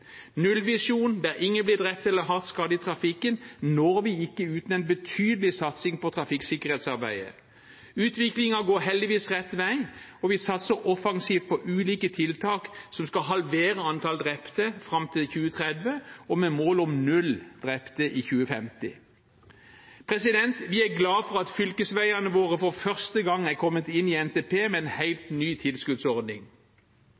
Nullvisjonen, der ingen blir drept eller hardt skadd i trafikken, når vi ikke uten en betydelig satsing på trafikksikkerhetsarbeidet. Utviklingen går heldigvis rett vei, og vi satser offensivt på ulike tiltak som skal halvere antall drepte fram til 2030, med mål om null drepte i 2050. Vi er glade for at fylkesveiene våre for første gang har kommet inn i NTP med en